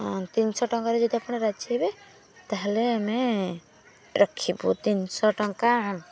ତିନିଶହ ଟଙ୍କାରେ ଯଦି ଆପଣ ରାଜି ହେବେ ତା'ହେଲେ ଆମେ ରଖିବୁ ତିନିଶହ ଟଙ୍କା